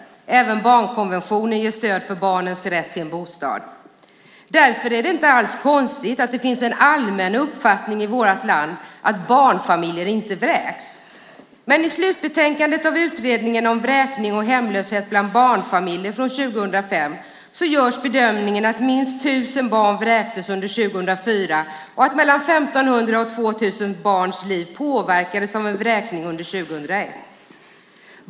Även barnkonventionen ger stöd för barnens rätt till en bostad. Därför är det inte alls konstigt att det finns en allmän uppfattning i vårt land att barnfamiljer inte vräks. Men i slutbetänkandet av Utredningen om vräkning och hemlöshet bland barnfamiljer från 2005 görs bedömningen att minst 1 000 barn vräktes under 2004 och att mellan 1 500 och 2 000 barns liv påverkades av en vräkning under 2001.